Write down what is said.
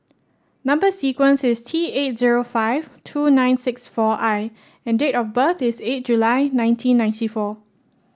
number sequence is T eight zero five two nine six four I and date of birth is eight July nineteen ninety four